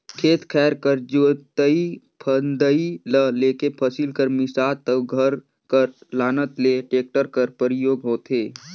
खेत खाएर कर जोतई फदई ल लेके फसिल कर मिसात अउ घर कर लानत ले टेक्टर कर परियोग होथे